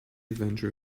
avenger